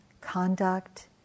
conduct